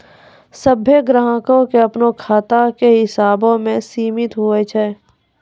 सभ्भे ग्राहको के अपनो खाता के हिसाबो से सीमित हुवै छै